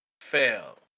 Fail